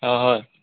অঁ হয়